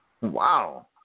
Wow